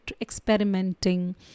experimenting